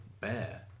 bear